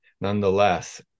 nonetheless